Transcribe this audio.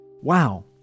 Wow